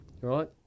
Right